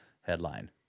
headline